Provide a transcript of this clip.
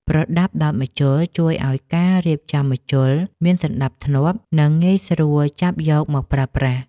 ប្រដាប់ដោតម្ជុល ជួយឱ្យការរៀបចំម្ជុលមានសណ្ដាប់ធ្នាប់ និងងាយស្រួលចាប់យកមកប្រើប្រាស់។